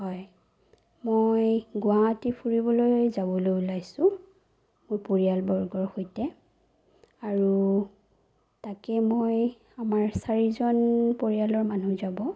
হয় মই গুৱাহাটী ফুৰিবলৈ যাবলৈ ওলাইছোঁ মোৰ পৰিয়ালবৰ্গৰ সৈতে আৰু তাকে মই আমাৰ চাৰিজন পৰিয়ালৰ মানুহ যাব